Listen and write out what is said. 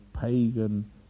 pagan